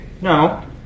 no